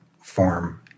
form